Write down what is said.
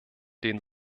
den